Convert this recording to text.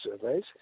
surveys